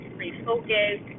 refocus